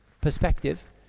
perspective